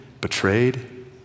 betrayed